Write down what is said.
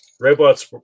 robots